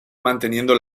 manteniendo